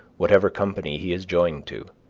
whatever company he is joined to.